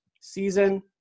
season